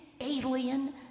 alien